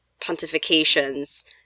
pontifications